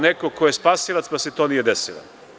Neko ko je spasilac, kome se to nije desilo.